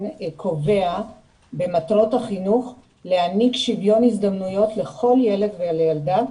קובע במטרות החינוך להעניק שוויון הזדמנויות לכל ילד וילדה,